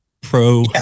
pro